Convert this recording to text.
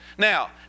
Now